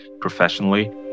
professionally